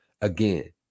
again